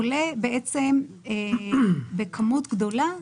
עולה בכמות גדולה,